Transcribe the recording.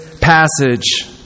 passage